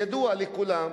אדוני היושב-ראש,